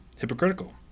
hypocritical